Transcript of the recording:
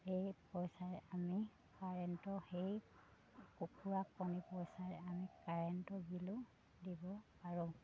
এই পইচাৰে আমি কাৰেণ্টৰ সেই কুকুৰা কণী পইচাৰে আমি কাৰেণ্টৰ বিলো দিব পাৰোঁ